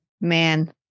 man